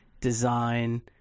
design